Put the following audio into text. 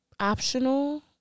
optional